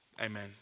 Amen